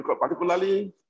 particularly